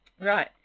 Right